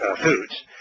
foods